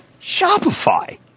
Shopify